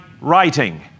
writing